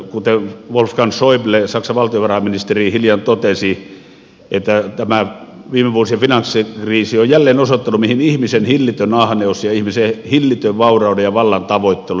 kuten wolfgang schäuble saksan valtiovarainministeri hiljan totesi viime vuosien finanssikriisi on jälleen osoittanut mihin ihmisen hillitön ahneus ja ihmisen hillitön vaurauden ja vallan tavoittelu johtavat